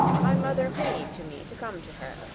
my mother whinnied to me to come to her,